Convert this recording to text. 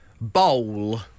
bowl